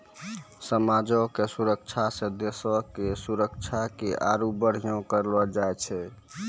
समाजो के सुरक्षा से देशो के सुरक्षा के आरु बढ़िया करलो जाय छै